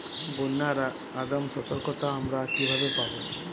বন্যার আগাম সতর্কতা আমরা কিভাবে পাবো?